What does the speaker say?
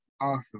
awesome